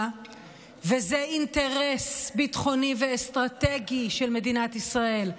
וזה אינטרס ביטחוני ואסטרטגי של מדינת ישראל,